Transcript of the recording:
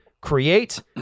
Create